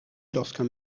lorsqu’un